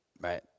Right